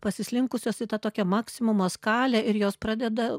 pasislinkusios į tą tokią maksimumo skalę ir jos pradeda